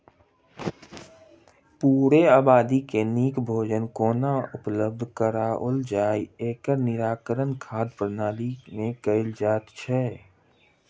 पूरे आबादी के नीक भोजन कोना उपलब्ध कराओल जाय, एकर निराकरण खाद्य प्रणाली मे कयल जाइत छै